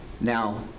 Now